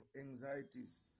anxieties